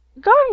Gone